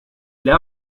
для